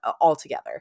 altogether